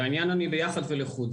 ואני ביחד ולחוד,